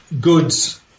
goods